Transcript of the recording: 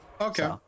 Okay